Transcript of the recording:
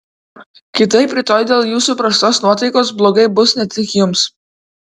kitaip rytoj dėl jūsų prastos nuotaikos blogai bus ne tik jums